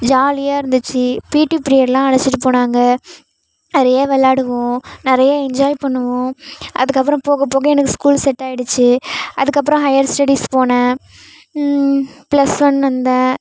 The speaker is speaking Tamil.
ஜாலியாக இருந்துச்சு பீட்டி பீரியட்லாம் அழைச்சிட்டு போனாங்க நிறைய விளையாடுவோம் நிறைய என்ஜாய் பண்ணுவோம் அதுக்கப்பறம் போக போக எனக்கு ஸ்கூல் செட்டாகிடுச்சி அதுக்கப்பறம் ஹையர் ஸ்டடீஸ் போனேன் ப்ளஸ் ஒன் வந்தேன்